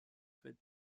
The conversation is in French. faîte